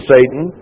Satan